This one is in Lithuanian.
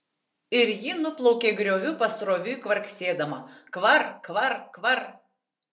ir ji nuplaukė grioviu pasroviui kvarksėdama kvar kvar kvar